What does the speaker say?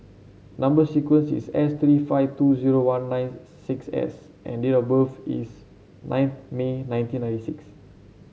number sequence is S thirty five two zero one nines six S and date of birth is ninth May nineteen ninety six